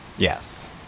Yes